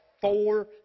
four